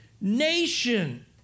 nation